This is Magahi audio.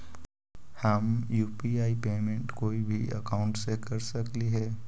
हम यु.पी.आई पेमेंट कोई भी अकाउंट से कर सकली हे?